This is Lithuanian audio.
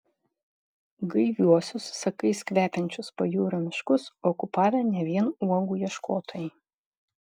gaiviuosius sakais kvepiančius pajūrio miškus okupavę ne vien uogų ieškotojai